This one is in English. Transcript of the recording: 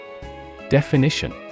Definition